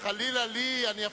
חלילה לי.